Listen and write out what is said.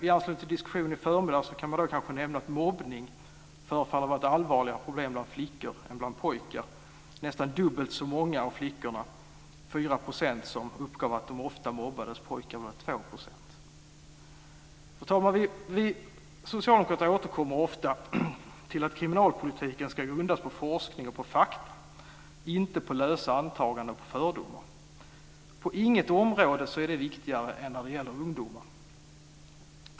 I anslutning till diskussionen i förmiddags kan man nämna att mobbning förefaller vara ett allvarligare problem bland flickor än bland pojkar. Nästan dubbelt så många flickor, 4 %, uppgav att de ofta mobbades. För pojkar var det 2 %. Fru talman! Vi socialdemokrater återkommer ofta till att kriminalpolitiken ska grundas på forskning och fakta och inte på lösa antaganden och fördomar. Det finns inget område där det är så viktigt som när det gäller ungdomar.